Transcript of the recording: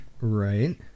Right